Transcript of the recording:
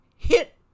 hit